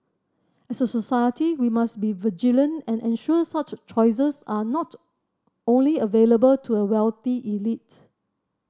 as a society we must be vigilant and ensure such choices are not only available to a wealthy elite